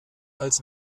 als